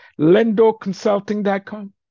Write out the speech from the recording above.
lendoconsulting.com